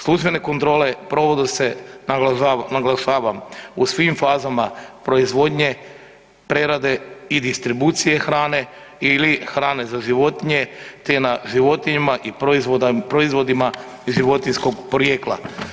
Službene kontrole provode, naglašavam, u svim fazama proizvodnje, prerade i distribucije hrane ili hrane za životinje te na životinjama i proizvodima životinjskog porijekla.